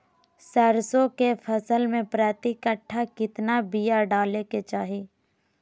सरसों के फसल में प्रति कट्ठा कितना बिया डाले के चाही?